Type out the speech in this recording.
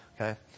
Okay